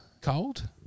Cold